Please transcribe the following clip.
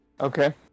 Okay